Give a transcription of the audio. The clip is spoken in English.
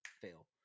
Fail